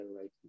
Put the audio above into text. right